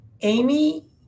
Amy